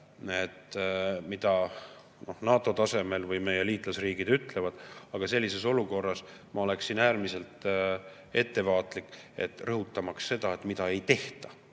üle, mida NATO tasemel öeldakse, mida meie liitlasriigid ütlevad, aga sellises olukorras ma oleksin äärmiselt ettevaatlik ega rõhutaks seda, mida ei tehta.